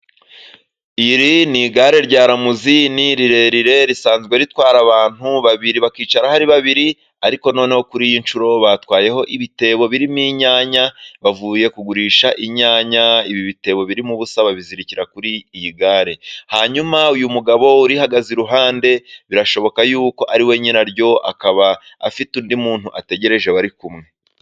Iri ni igare rya ramuzini rirerire risanzwe ritwara abantu babiri bakicara ari babiri, ariko noneho kuri iyi nshuro batwayeho ibitebo birimo inyanya bavuye kugurisha inyanya, ibi bitebo birimo ubusa babizirikira kuri iyi gare hanyuma uyu mugabo urihagaze iruhande birashoboka yuko ariwe nyiraryo, akaba afite undi muntu ategereje bari kumwe.